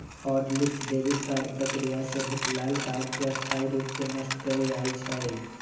hot list debit card प्रक्रिया से भुतलायल कार्ड के स्थाई रूप से नष्ट कएल जाइ छइ